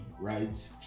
right